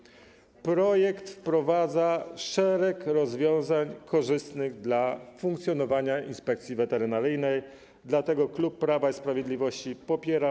Przedstawiony projekt wprowadza szereg rozwiązań korzystnych dla funkcjonowania inspekcji weterynaryjnej, dlatego klub Prawa i Sprawiedliwości go popiera.